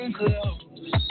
close